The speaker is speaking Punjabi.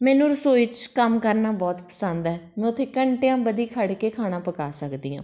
ਮੈਨੂੰ ਰਸੋਈ 'ਚ ਕੰਮ ਕਰਨਾ ਬਹੁਤ ਪਸੰਦ ਹੈ ਮੈਂ ਉੱਥੇ ਘੰਟਿਆਂ ਬਧੀ ਖੜ੍ਹ ਕੇ ਖਾਣਾ ਪਕਾ ਸਕਦੀ ਹਾਂ